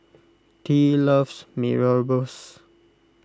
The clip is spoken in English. Tea loves Mee Rebus